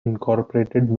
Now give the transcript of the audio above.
incorporated